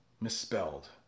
Misspelled